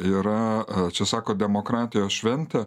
yra čia sako demokratijos šventė